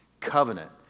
Covenant